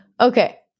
Okay